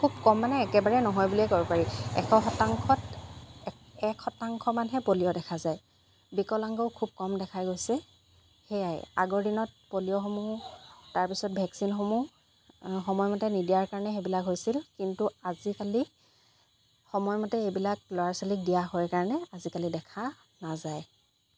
খুব কম মানে একেবাৰে নহয় বুলিয়ে কব পাৰি এশ শতাংশত এক এক শতাংশমানহে পলিঅ' দেখা যায় বিকালাংগও খুব কম দেখা গৈছে সেইয়াই আগৰ দিনত পলিঅ'সমূহ তাৰপিছত ভেকচিনসমূহ সময়মতে নিদিয়া কাৰণে সেইবিলাক হৈছিল কিন্তু আজিকালি সময়মতে এইবিলাক ল'ৰা ছোৱালীক দিয়া হয় কাৰণে আজিকালি দেখা নাযায়